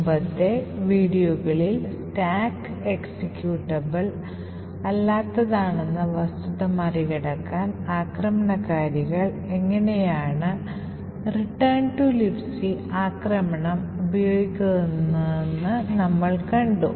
മുമ്പത്തെ വീഡിയോകളിലൊന്നിൽ stack executable അല്ലാത്തതാണെന്ന വസ്തുത മറികടക്കാൻ ആക്രമണകാരികൾ എങ്ങനെയാണ് Return to Libc ആക്രമണം ഉപയോഗിക്കുന്നതെന്ന് നമ്മൾ കണ്ടു